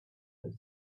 that